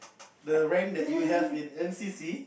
the rank that you have in N_C_C